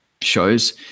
shows